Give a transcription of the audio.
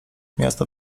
miasto